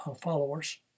followers